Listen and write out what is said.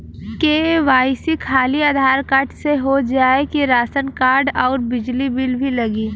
KYC खाली Aadhaar card से हो जाए कि राशन कार्ड अउर बिजली बिल भी लगी?